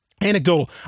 Anecdotal